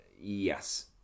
yes